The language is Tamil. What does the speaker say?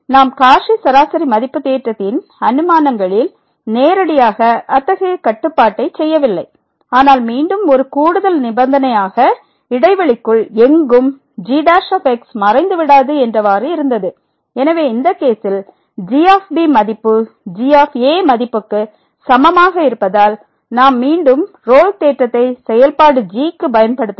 நாம் காச்சி சராசரி மதிப்பு தேற்றத்தின் அனுமானங்களில் நேரடியாக அத்தகைய கட்டுப்பாட்டை செய்யவில்லை ஆனால் மீண்டும் ஒரு கூடுதல் நிபந்தனையாக இடைவெளிக்குள் எங்கும் g மறைந்துவிடாது என்றவாறு இருந்தது எனவே இந்த கேசில் g மதிப்புg மதிப்புக்கு சமமாக இருப்பதால் நாம் மீண்டும் ரோல் தேற்றத்தை செயல்பாடு g க்கு பயன்படுத்தலாம்